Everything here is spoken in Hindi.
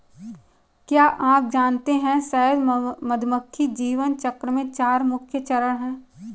क्या आप जानते है शहद मधुमक्खी जीवन चक्र में चार मुख्य चरण है?